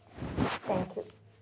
thank you